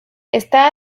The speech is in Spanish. está